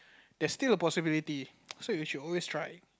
there's still a possibility so you should always try